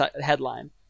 headline